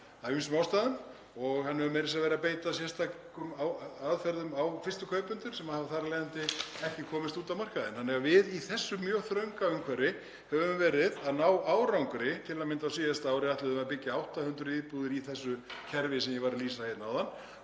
af ýmsum ástæðum og hann hefur meira að segja verið að beita sérstökum aðferðum á fyrstu kaupendur sem hafa þar af leiðandi ekki komist inn á markaðinn. Við í þessu mjög þrönga umhverfi höfum því verið að ná árangri. Til að mynda á síðasta ári ætluðum við að byggja 800 íbúðir í þessu kerfi sem ég var að lýsa hérna áðan